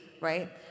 right